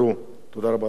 תודה רבה, אדוני היושב-ראש.